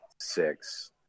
Six